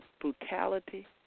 brutality